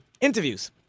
interviews